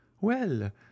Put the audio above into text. Well